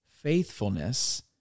faithfulness